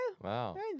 Wow